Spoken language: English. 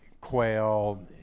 quail